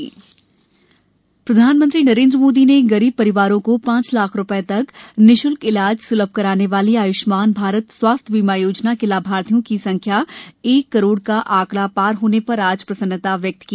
आय्ष्मान भारत प्रधानमंत्री नरेनद्र मोदी ने गरीब परिवारों को पांच लाख रुपये तक निश्ल्क इलाज सुलभ कराने वाली आयुष्मान भारत स्वास्थ्य बीमा योजना के लाभार्थियों की संख्या एक करोड़ का आंकड़ा पार होने पर आज गहरी प्रसन्नता व्यक्त की